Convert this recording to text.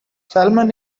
salmon